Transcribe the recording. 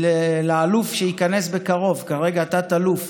לאלוף שייכנס בקרוב, כרגע תת-אלוף